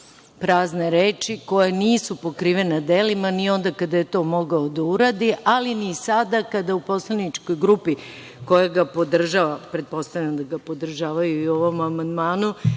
prazne reči koje nisu pokrivene delima ni onda kada je to mogao da uradi, ali ni tada kada je u poslaničkoj grupi koja ga podržava, pretpostavljam da ga podržavaju i u ovom amandmanu,